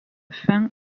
fin